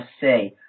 say